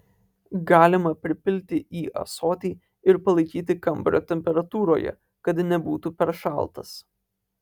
galima pripilti į ąsotį ir palaikyti kambario temperatūroje kad nebūtų per šaltas